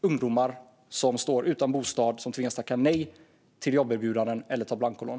ungdomar som står utan bostad och som tvingas ta blancolån eller tacka nej till jobberbjudanden.